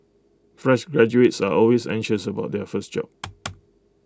fresh graduates are always anxious about their first job